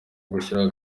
gushyiramo